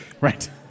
Right